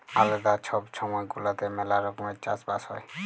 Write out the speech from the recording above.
আলেদা ছব ছময় গুলাতে ম্যালা রকমের চাষ বাস হ্যয়